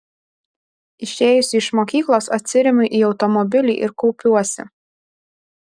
išėjusi iš mokyklos atsiremiu į automobilį ir kaupiuosi